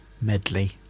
medley